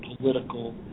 political